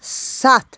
ستھ